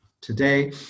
today